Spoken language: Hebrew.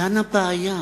כאן הבעיה.